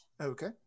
Okay